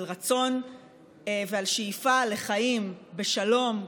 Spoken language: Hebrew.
על רצון ועל שאיפה לחיים בשלום,